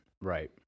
right